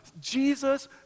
Jesus